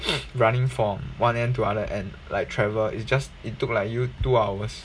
running from one end to other end like travel it's just it took like you two hours